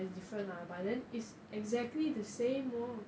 ya is different lah but then is exactly the same [one]